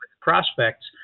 prospects